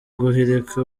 guhirika